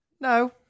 No